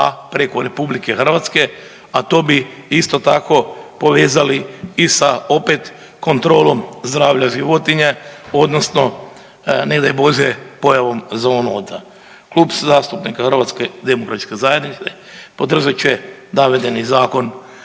preko RH, a to bi isto tako povezali i sa kontrolom zdravlja životinje odnosno ne daj Bože pojavom zoonoza. Klub zastupnika HDZ-a podržati će navedeni Zakon